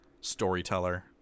storyteller